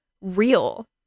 real